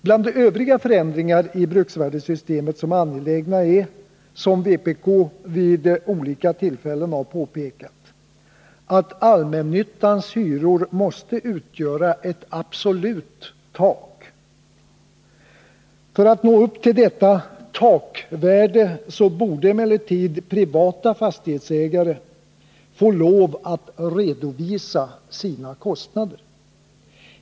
Bland övriga förändringar i bruksvärdesystemet som är angelägna är, som vpk tidigare vid olika tillfällen påpekat, att allmännyttans hyror måste utgöra ett absolut tak. För att nå upp till detta ”takvärde” borde emellertid privata fastighetsägare få lov att redovisa sina kostnader.